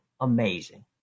amazing